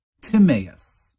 Timaeus